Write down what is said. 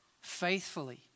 faithfully